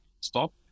stop